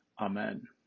amen